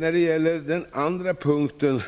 När det gäller den andra punkten